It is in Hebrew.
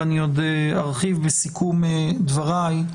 ואני עוד ארחיב בסיכום דבריי,